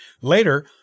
Later